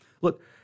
Look